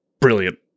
Brilliant